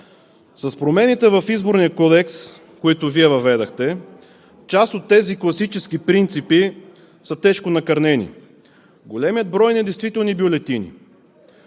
С промените в Изборния кодекс, които Вие въведохте, част от тези класически принципи са тежко накърнени. Големият брой недействителни бюлетини,